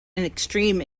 extreme